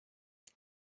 est